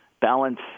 balance